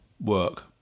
work